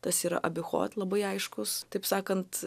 tas yra abichot labai aiškus taip sakant